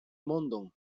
mondon